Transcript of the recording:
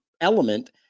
element